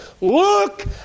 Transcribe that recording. Look